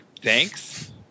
thanks